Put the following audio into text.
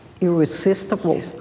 irresistible